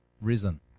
risen